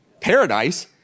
Paradise